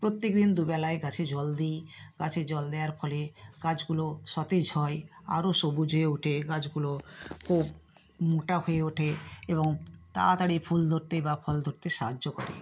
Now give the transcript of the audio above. প্রত্যেক দিন দু বেলায় গাছে জল দি গাছে জল দেওয়ার ফলে গাছগুলো সতেজ হয় আরো সবুজ হয়ে ওঠে গাছগুলো খুব মোটা হয়ে ওঠে এবং তাতাড়ি ফুল ধরতে বা ফল ধরতে সাহায্য করে